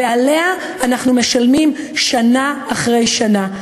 ואנחנו משלמים על כך שנה אחרי שנה.